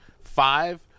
five